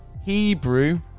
Hebrew